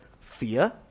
Fear